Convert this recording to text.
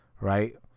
right